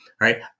right